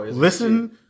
listen